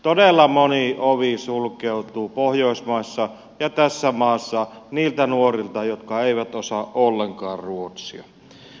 todella moni ovi sulkeutuu pohjoismaissa ja tässä maassa niiltä nuorilta jotka eivät osaa ollenkaan ruotsia